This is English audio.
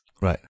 Right